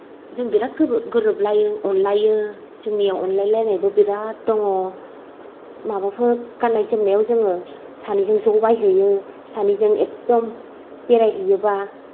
जों बिराद गोरोबलायो अनलायो जोंनियाव अनलायलायनायबो बिराद दङ माबाफोर गाननाय जोमनायाव जोङो सानैजों ज' बायहैयो सानैजों एकदम बेरायहैयोबा